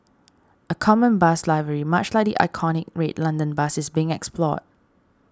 a common bus livery much like the iconic red London bus is being explored